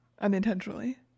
unintentionally